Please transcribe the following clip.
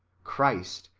christ,